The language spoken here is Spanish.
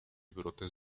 brotes